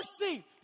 Mercy